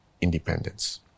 independence